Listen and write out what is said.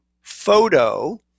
photo